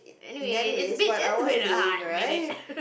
and anyways what I was playing right